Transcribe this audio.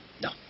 no